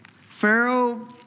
Pharaoh